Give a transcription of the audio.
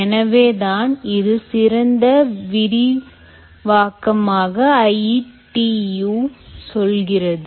எனவே தான் இது சிறந்த விரிவாக்கமாக ITU சொல்கிறது